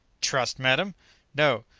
trust, madam! no!